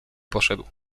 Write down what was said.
poszedł